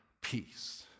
peace